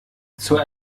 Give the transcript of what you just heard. zur